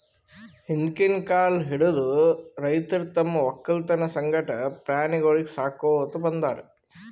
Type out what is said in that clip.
ಹಿಂದ್ಕಿನ್ ಕಾಲ್ ಹಿಡದು ರೈತರ್ ತಮ್ಮ್ ವಕ್ಕಲತನ್ ಸಂಗಟ ಪ್ರಾಣಿಗೊಳಿಗ್ ಸಾಕೋತ್ ಬಂದಾರ್